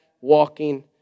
walking